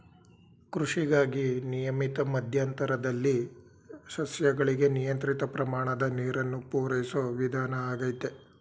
ಕೃಷಿಗಾಗಿ ನಿಯಮಿತ ಮಧ್ಯಂತರದಲ್ಲಿ ಸಸ್ಯಗಳಿಗೆ ನಿಯಂತ್ರಿತ ಪ್ರಮಾಣದ ನೀರನ್ನು ಪೂರೈಸೋ ವಿಧಾನ ಆಗೈತೆ